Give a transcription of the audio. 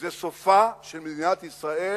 זה סופה של מדינת ישראל